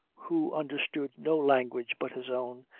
who understood no language but his own,